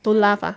don't laugh ah